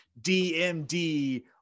DMD